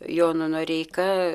jonu noreika